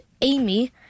Amy